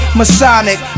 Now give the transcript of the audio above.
masonic